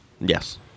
Yes